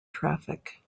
traffic